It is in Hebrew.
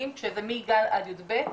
שזה מגן עד יב',